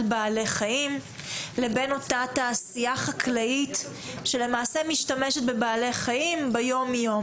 בעלי החיים לבין התעשייה החקלאית שמשתמשת בבעלי החיים ביום-יום.